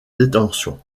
détention